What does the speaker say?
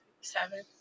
seven